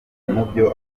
mubyo